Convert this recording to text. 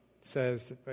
says